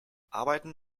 arbeiten